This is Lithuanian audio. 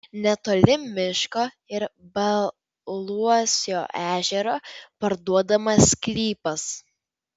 netoli miško ir baluosio ežero parduodamas sklypas